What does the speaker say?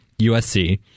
USC